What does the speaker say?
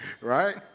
Right